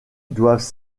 doivent